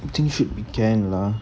I think should be can lah